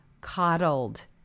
coddled